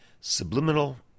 subliminal